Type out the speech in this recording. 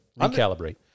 Recalibrate